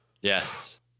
Yes